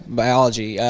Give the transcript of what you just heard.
biology